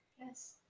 Yes